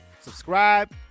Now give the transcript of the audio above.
subscribe